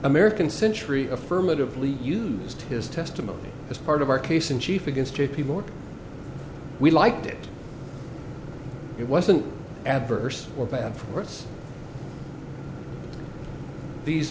american century affirmatively used his testimony as part of our case in chief against j p morgan we liked it it wasn't adverse or bad for us these